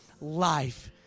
life